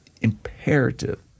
imperative